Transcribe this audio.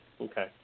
Okay